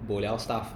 boliao stuff